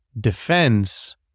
defends